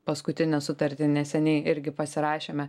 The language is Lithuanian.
paskutinę sutartį neseniai irgi pasirašėme